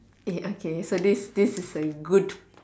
ya okay so this this is a good